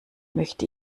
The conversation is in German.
möchte